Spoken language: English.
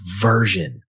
version